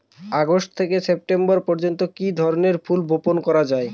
August থেকে September পর্যন্ত কি ধরনের ফুল বপন করা যায়?